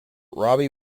robbie